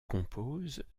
compose